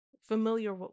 Familiar